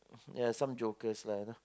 ya some jokers